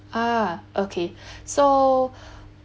ah okay so